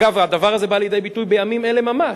אגב, הדבר הזה בא לידי ביטוי בימים אלה ממש,